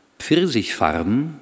Pfirsichfarben